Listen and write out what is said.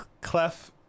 clef